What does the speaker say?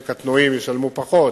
שעל האופנועים ישלמו פחות